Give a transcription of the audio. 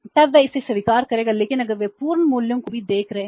तब वे इसे स्वीकार करेंगे लेकिन अगर वे पूर्ण मूल्यों को भी देख रहे हैं